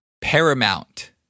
Paramount